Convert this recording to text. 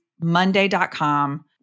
monday.com